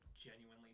genuinely